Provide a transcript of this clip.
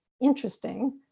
interesting